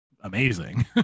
amazing